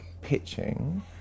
pitching